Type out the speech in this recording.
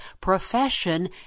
profession